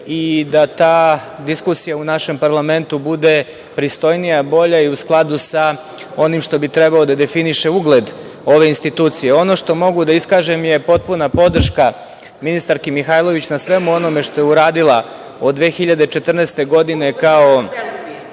i da ta diskusija u našem parlamentu bude pristojnija, bolja i u skladu sa onim što bi trebalo da definiše ugled ove institucije. Ono što mogu da iskažem je potpuna podrška ministarki Mihajlović na svemu onome što je uradila od 2014. godine,